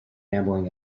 gambling